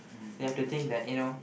they have to think that you know